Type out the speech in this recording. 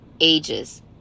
ages